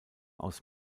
aus